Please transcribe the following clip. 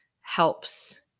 helps